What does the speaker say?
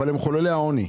אבל הם מחוללי העוני.